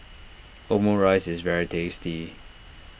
Omurice is very tasty